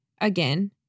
again